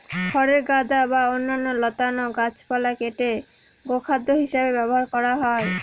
খড়ের গাদা বা অন্যান্য লতানো গাছপালা কেটে গোখাদ্য হিসাবে ব্যবহার করা হয়